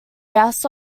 gas